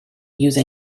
use